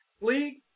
league